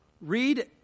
Read